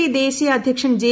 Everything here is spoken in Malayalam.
പി ദേശീയ അധ്യക്ഷൻ ജെ